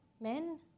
Men